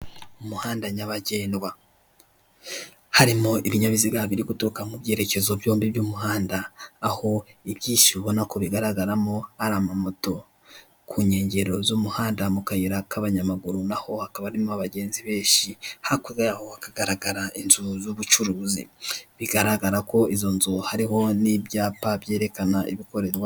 Umuhanda nyabagendwa harimo ibinyabiziga biri guturuka mu byerekezo byombi by'umuhanda, aho ibyinshi ubona ko bigaragaramo ari amamoto. Ku nkengero z'umuhanda mu kayira k'abanyamaguru, naho hakaba harimo abagenzi benshi hakurya yaho hakagaragara inzu z'ubucuruzi. Bigaragara ko izo nzu hariho n'ibyapa byerekana ibikorerwamo.